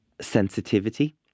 sensitivity